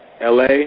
LA